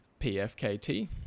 pfkt